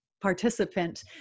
participant